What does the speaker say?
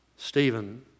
Stephen